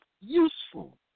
useful